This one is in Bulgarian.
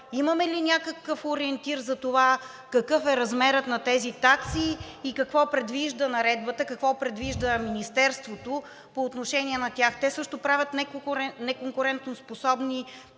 имаме ли някакъв ориентир за това какъв е размерът на тези такси и какво предвижда наредбата, какво предвижда Министерството по отношение на тях? Те също правят неконкурентоспособни